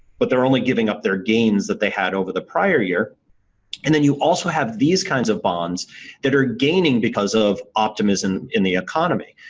but they're only giving up their gains that they had over the prior year and then you also have these kinds of bonds that are gaining because of optimism in the economy.